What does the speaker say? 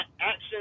action